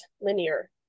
linear